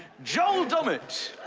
joel dommett.